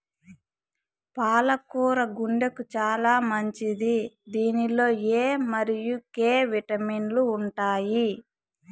పాల కూర గుండెకు చానా మంచిది దీనిలో ఎ మరియు కే విటమిన్లు ఉంటాయి